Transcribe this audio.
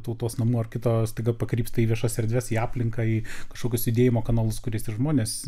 tautos namų ar kito staiga pakrypsta į viešas erdves į aplinką į kažkokius judėjimo kanalus kuriais žmonės